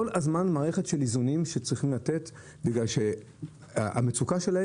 כל הזמן מערכת של איזונים שצריכים לתת בגלל שהמצוקה שלהם